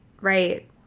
right